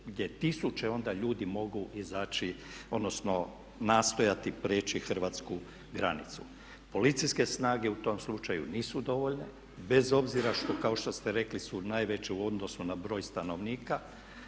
te tisuće onda ljudi mogu izaći odnosno nastojati prijeći hrvatsku granicu. Policijske snage u tom slučaju nisu dovoljne, bez obzira što kao što ste rekli su najveće u odnosu na broj stanovnika